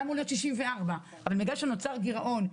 זה היה אמור להיות גיל 64 אבל בגלל שנוצר גירעון,